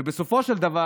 ובסופו של דבר